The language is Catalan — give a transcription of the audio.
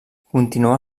continuà